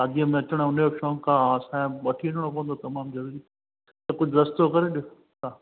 शादीअ में अचण वञण जो शौक़ु आहे असांखे वठी वञिणो पवंदो तमामु ज़रूरी त कुझु रस्तो करे ॾियो